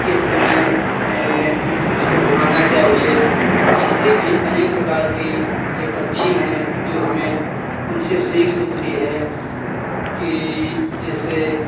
किस समय उसको घुमाना चाहिए ऐसे भी अनेक प्रकार की के पक्षी हैं जो हमें उनसे सीख मिलती है कि जैसे